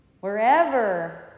Wherever